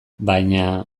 baina